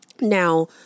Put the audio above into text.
Now